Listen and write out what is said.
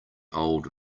old